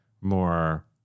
more